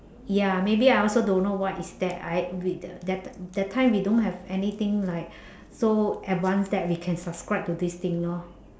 ya maybe I also don't know what is that I we the that the that time we don't have anything like so advanced that we can subscribe to this thing lor